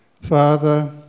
Father